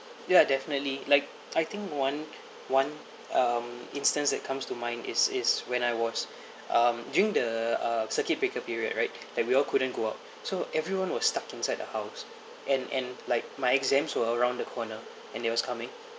ya definitely like I think one one um instance that comes to mind is is when I was um during the uh circuit breaker period right like we all couldn't go out so everyone was stuck inside the house and and like my exams were around the corner and there was coming